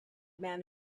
man